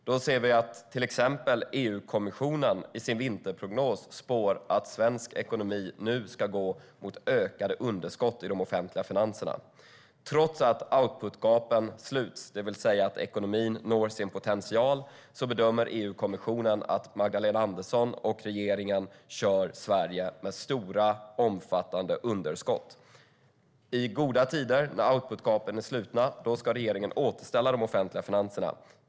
Då ser vi att till exempel EU-kommissionen i sin vinterprognos spår att svensk ekonomi nu ska gå mot ökade underskott i de offentliga finanserna. Trots att outputgapen sluts, det vill säga att ekonomin når sin potential, bedömer EU-kommissionen att Magdalena Andersson och regeringen kör Sverige med stora och omfattande underskott. I goda tider när outputgapen är slutna ska regeringen återställa de offentliga finanserna.